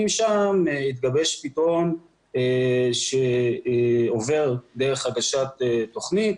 שם התגבש פתרון שעובר דרך הגשת תוכנית,